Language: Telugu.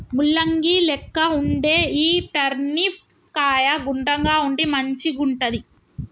ముల్లంగి లెక్క వుండే ఈ టర్నిప్ కాయ గుండ్రంగా ఉండి మంచిగుంటది